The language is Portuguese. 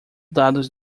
dados